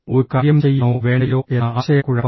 ഒരു കാര്യം ചെയ്യണോ വേണ്ടയോ എന്ന ആശയക്കുഴപ്പം